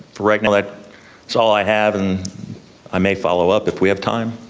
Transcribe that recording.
for right now that's so all i have. and i may follow up if we have time.